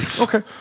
Okay